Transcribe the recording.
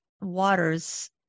waters